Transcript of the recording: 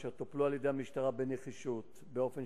והם טופלו על-ידי המשטרה בנחישות באופן